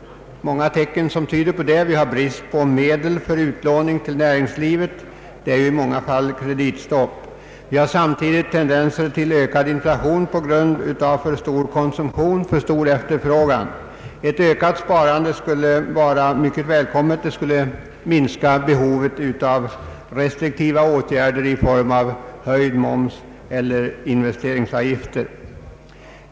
Många tecken tyder på det: brist på medel för utlåning till näringslivet — kreditstopp råder ju på många områden — och samtidigt tendenser till en ökad inflation på grund av en alltför stor efterfrågan på varor. Ett ökat sparande skulle därför vara mycket välkommet. Det skulle minska behovet av restriktiva åtgärder i form av höjd moms eller investeringsavgifter.